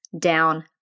down